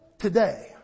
Today